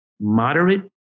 moderate